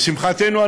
לשמחתנו,